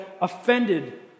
offended